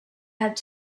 had